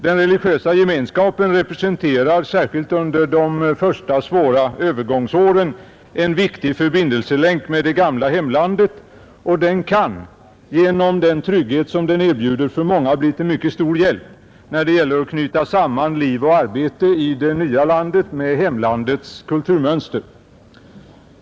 Den religiösa gemenskapen representerar, särskilt under de första svåra övergångsåren, en viktig förbindelselänk med det gamla hemlandet, och den kan genom den trygghet den erbjuder för många, bli till mycket stor hjälp när det gäller att knyta samman liv och arbete i det nya landet med hemlandets kulturmönster.